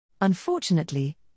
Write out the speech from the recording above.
Unfortunately